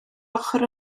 ochr